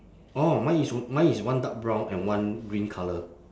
orh mine is mine is one dark brown and one green colour